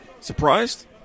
Surprised